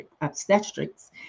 obstetrics